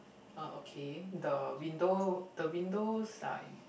uh okay the window the windows are in